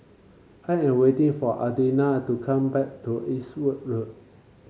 I am waiting for Adina to come back to Eastwood Road